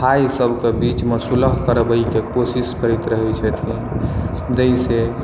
भाई सबके बीच मे सुलह करबै के कोशिश करैत रहै छथिन जाहिसॅं